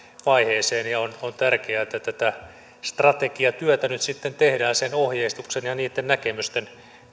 vaiheeseen ja on on tärkeää että tätä strategiatyötä nyt sitten tehdään sen ohjeistuksen ja niitten näkemysten